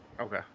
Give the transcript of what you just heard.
Okay